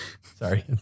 Sorry